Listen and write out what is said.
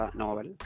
novel